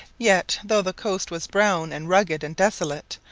yet though the coast was brown, and rugged, and desolate,